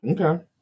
Okay